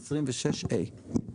26(ה).